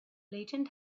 legend